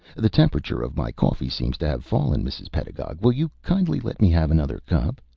the temperature of my coffee seems to have fallen, mrs. pedagog. will you kindly let me have another cup?